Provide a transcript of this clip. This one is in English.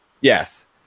Yes